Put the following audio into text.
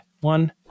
one